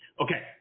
Okay